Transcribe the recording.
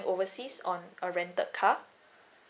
overseas on a rented car